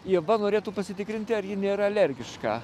ieva norėtų pasitikrinti ar ji nėra alergiška